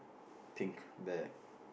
think that